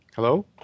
Hello